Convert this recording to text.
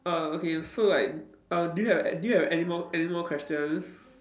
uh okay so like uh do you do you have anymore anymore questions